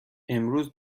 امروز